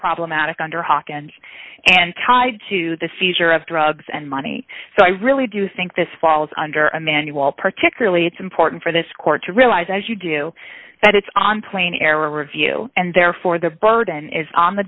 problematic under hawkins and tied to the seizure of drugs and money so i really do think this falls under a manual particularly it's important for this court to realize as you do that it's on plain error review and therefore the burden is on the